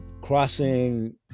crossing